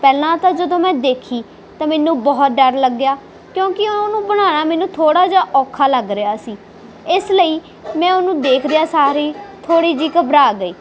ਪਹਿਲਾਂ ਤਾਂ ਜਦੋਂ ਮੈਂ ਦੇਖੀ ਤਾਂ ਮੈਨੂੰ ਬਹੁਤ ਡਰ ਲੱਗਿਆ ਕਿਉਂਕਿ ਉਹਨੂੰ ਬਣਾਉਣਾ ਮੈਨੂੰ ਥੋੜਾ ਜਿਹਾ ਔਖਾ ਲੱਗ ਰਿਹਾ ਸੀ ਇਸ ਲਈ ਮੈਂ ਉਹਨੂੰ ਦੇਖਦਿਆ ਸਾਰ ਈ ਥੋੜੀ ਜਿਹੀ ਘਬਰਾ ਗਈ